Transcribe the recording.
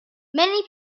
many